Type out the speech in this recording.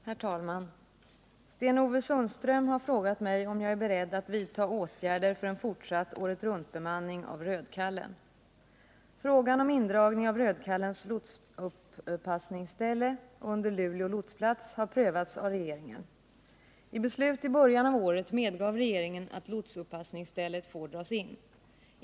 Herr talman! Sten-Ove Sundström har frågat mig om jag är beredd att vidta åtgärder för en fortsatt åretruntbemanning av Rödkallen. Frågan om indragning av Rödkallens lotsuppassningsställe under Luleå lotsplats har prövats av regeringen. I beslut i början av året medgav regeringen att lotsuppassningsstället får dras in.